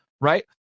right